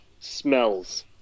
smells